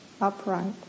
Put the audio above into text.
upright